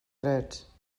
drets